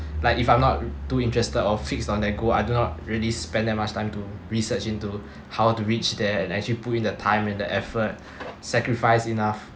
like if I'm not too interested or fixed on that goal I do not really spend that much time to research into how to reach there and actually put in the time and the effort sacrifice enough